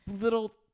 little